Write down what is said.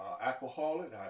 alcoholic